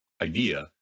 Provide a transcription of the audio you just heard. idea